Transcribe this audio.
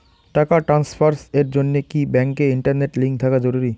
টাকা ট্রানস্ফারস এর জন্য কি ব্যাংকে ইন্টারনেট লিংঙ্ক থাকা জরুরি?